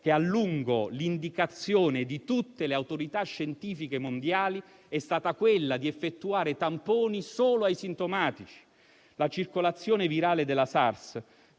che a lungo l'indicazione di tutte le autorità scientifiche mondiali è stata quella di effettuare tamponi solo ai sintomatici. La circolazione virale di